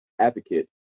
advocate